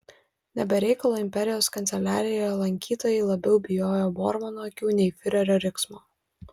ne be reikalo imperijos kanceliarijoje lankytojai labiau bijojo bormano akių nei fiurerio riksmo